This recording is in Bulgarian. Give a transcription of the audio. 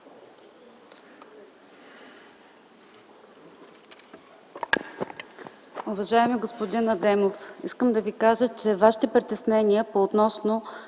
Уважаеми господин Адемов, искам да Ви кажа, че Вашите притеснения относно